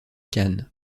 cannes